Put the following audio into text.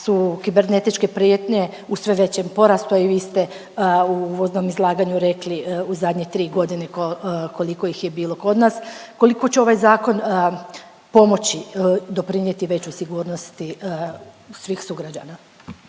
su kibernetičke prijetnje u sve većem porastu, a i vi ste u uvoznom izlaganju rekli, u zadnje 3 godine, koliko ih je bilo kod nas, koliko će ovaj Zakon pomoći doprinijeti većoj sigurnosti svih sugrađana?